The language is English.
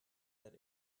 that